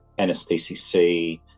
NSPCC